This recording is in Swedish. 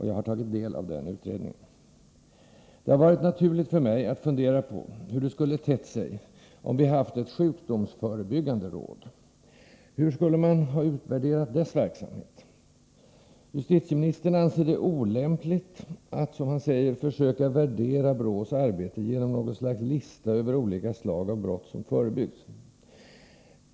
Jag har tagit del av denna utredning. Det har varit naturligt för mig att fundera på hur det skulle ha tett sig om vi haft ett sjukdomsförebyggande råd. Hur skulle man ha utvärderat dess verksamhet? Justitieministern anser det olämpligt ”att försöka värdera BRÅ:s arbete genom något slags lista över olika slag av brott som förebyggts”.